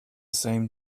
same